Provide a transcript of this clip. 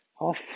off